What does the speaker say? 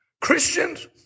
Christians